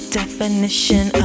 definition